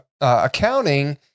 accounting